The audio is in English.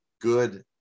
good